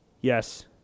yes